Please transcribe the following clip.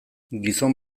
gizon